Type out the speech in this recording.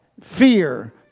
fear